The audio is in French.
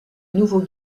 nouveau